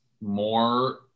more